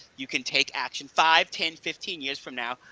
you can take action. five, ten, fifteen years from now,